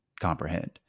comprehend